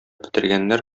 бетергәннәр